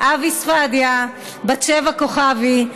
אבי ספדיה ובת שבע כוכבי,